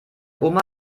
oma